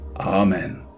Amen